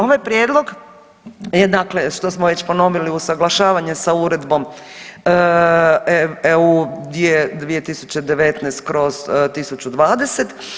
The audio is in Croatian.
Ovaj prijedlog je dakle što smo već ponovili usuglašavanje sa Uredbom EU 2019/1020.